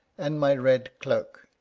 and my red cloak.